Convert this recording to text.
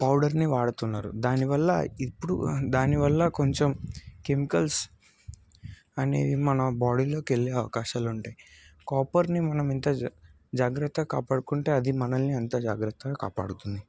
పౌడర్ని వాడుతున్నారు దానివల్ల ఇప్పుడు దానివల్ల కొంచెం కెమికల్స్ అనేవి మన బాడీలోకి వెళ్ళే అవకాశాలు ఉంటాయి కాపర్ని మనం ఎంత జ జాగ్రత్తగా కాపాడుకుంటే అది మనలని అంత జాగ్రత్తగా కాపాడుతుంది